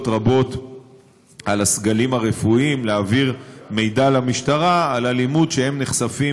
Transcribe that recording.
רבות על הסגלים הרפואיים להעביר מידע למשטרה על אלימות שהם נחשפים